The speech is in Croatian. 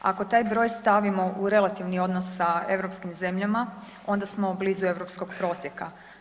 Ako taj broj stavimo u relativni odnos sa europskim zemljama onda smo blizu europskog prosjeka.